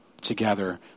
together